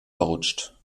verrutscht